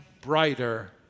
brighter